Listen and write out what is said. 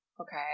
okay